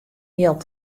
jild